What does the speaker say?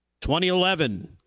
2011